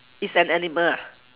is an animal ah